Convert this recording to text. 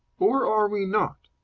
or are we not?